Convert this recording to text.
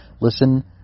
listen